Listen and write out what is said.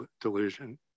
delusion